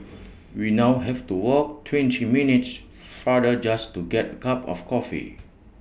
we now have to walk twenty minutes farther just to get A cup of coffee